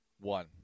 One